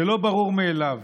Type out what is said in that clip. זה לא ברור מאליו.